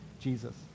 Jesus